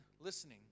listening